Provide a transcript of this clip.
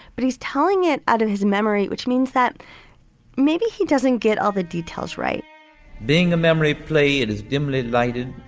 but he's telling it out of his memory, which means that maybe he doesn't get all the details right being a memory play, it is dimly lighted.